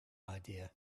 idea